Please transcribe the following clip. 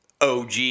OG